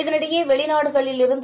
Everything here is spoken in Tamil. இதனிடையே வெளிநாடுகளிலிருந்து